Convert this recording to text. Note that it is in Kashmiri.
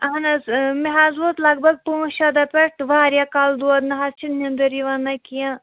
اَہَن آ مےٚ حظ ووت لَگ بَگ پانٛژھ شےٚ دوہ پیٚٹھ واریاہ کَلہٕ دود نہَ حظ چھِ نیٚنٛدٕر یِوان نہَ کیٚنٛہہ